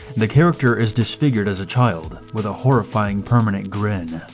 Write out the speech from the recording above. the character is disfigured as a child with a horrifying, permanent grin,